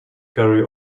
carry